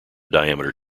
diameter